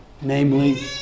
namely